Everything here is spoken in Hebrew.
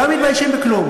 הנעל שלך, כן.